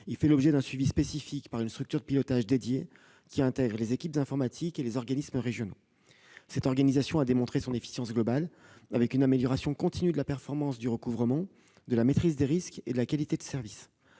Il fait l'objet d'un suivi spécifique par une structure de pilotage dédiée, qui intègre les équipes informatiques et les organismes régionaux. Cette organisation a démontré son efficacité globale, avec une amélioration continue de la performance du recouvrement, de la maîtrise des risques et de la qualité de service.